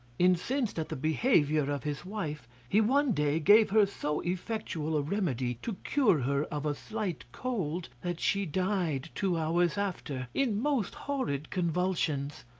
incensed at the behaviour of his wife, he one day gave her so effectual a remedy to cure her of a slight cold, that she died two hours after, in most horrid convulsions.